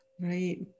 Right